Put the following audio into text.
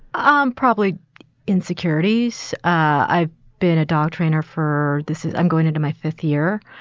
um probably insecurities. i've been a dog trainer for this. i'm going into my fifth year.